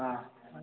हा